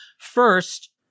First